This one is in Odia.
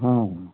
ହଁ